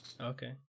Okay